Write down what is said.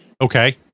Okay